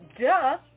duh